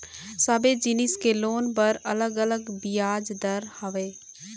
सबे जिनिस के लोन बर अलग अलग बियाज दर हवय